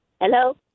Hello